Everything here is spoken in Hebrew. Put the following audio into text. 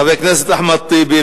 חבר הכנסת אחמד טיבי,